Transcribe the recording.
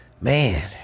man